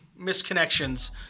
misconnections